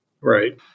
Right